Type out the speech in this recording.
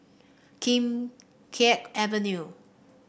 Kim Keat Avenue